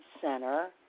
center